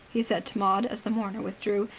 he said to maud, as the mourner withdrew.